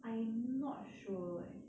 I'm not sure eh